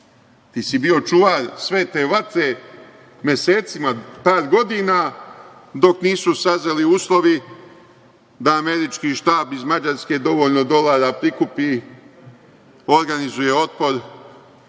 Ti si bio čuvar svete vatre mesecima, par godina, dok nisu sazreli uslovi da američki štab iz Mađarske dovoljno dolara prikupi, organizuje otpor,